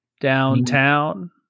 downtown